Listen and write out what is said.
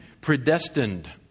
predestined